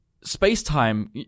space-time